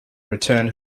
returned